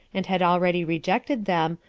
and had already rejected them,